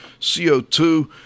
co2